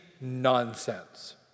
nonsense